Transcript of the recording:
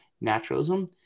naturalism